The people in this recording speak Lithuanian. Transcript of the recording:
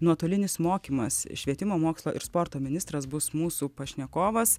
nuotolinis mokymas švietimo mokslo ir sporto ministras bus mūsų pašnekovas